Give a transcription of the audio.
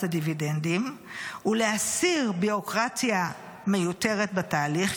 הדיבידנדים ולהסיר ביורוקרטיה מיותרת בתהליך,